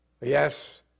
Yes